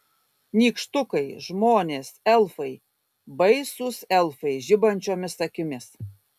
nykštukai žmonės elfai baisūs elfai žibančiomis akimis